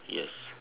yes